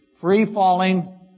free-falling